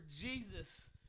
Jesus